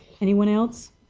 anyone else?